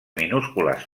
minúscules